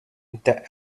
the